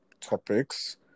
topics